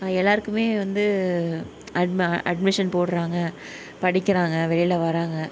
அது எல்லோருக்குமே வந்து அட்மிஷன் போடுறாங்க படிக்கிறாங்க வெளியில் வராங்க